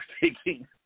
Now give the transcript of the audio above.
taking